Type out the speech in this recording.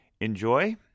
Enjoy